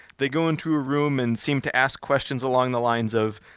they go into a room and seem to ask questions along the lines of,